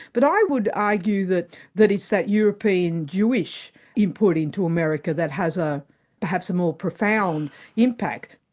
but i would argue that that it's that european jewish input into america that has a perhaps more profound impact.